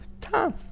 time